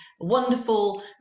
wonderful